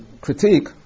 critique